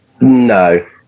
no